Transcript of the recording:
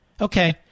Okay